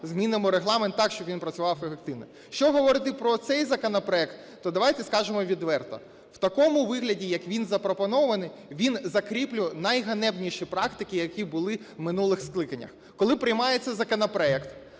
змінимо Регламент так, щоб він працював ефективно. Що говорити про цей законопроект, то давайте скажемо відверто, в такому вигляді, як він запропонований він закріплює найганебніше практики, які були в минулих скликаннях. Коли приймається законопроект,